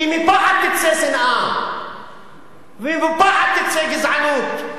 כי מפחד תצא שנאה ומפחד תצא גזענות.